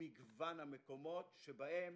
מגוון המקומות שבהם